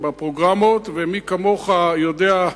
הם בפרוגרמות, ומי כמוך יודע,